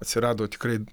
atsirado tikrai